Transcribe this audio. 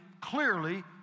clearly